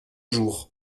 jours